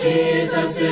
Jesus